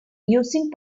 using